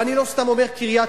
ואני לא סתם אומר קריית-אונו,